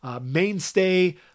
Mainstay